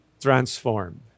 transformed